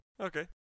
Okay